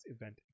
event